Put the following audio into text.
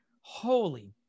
holy